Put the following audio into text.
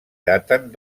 daten